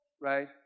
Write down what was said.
right